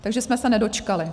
Takže jsme se nedočkali.